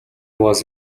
was